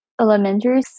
elementary